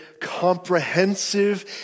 comprehensive